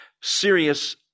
serious